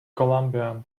colombia